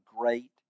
great